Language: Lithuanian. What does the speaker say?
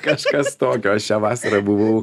kažkas tokio aš šią vasarą buvau